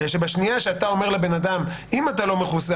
כי ברגע שאתה אומר לאדם שאם הוא לא מחוסן,